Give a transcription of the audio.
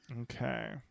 Okay